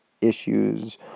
issues